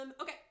Okay